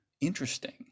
Interesting